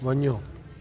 वञो